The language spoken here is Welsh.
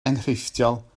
enghreifftiol